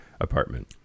apartment